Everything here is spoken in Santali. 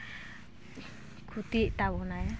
ᱠᱷᱩᱛᱤᱭᱮᱫ ᱛᱟᱵᱚᱱᱟᱭ